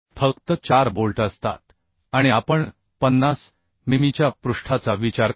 फक्त 4 बोल्ट असतात आणि आपण 50 मिमीच्या पृष्ठाचा विचार करू